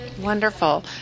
Wonderful